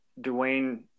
dwayne